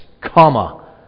comma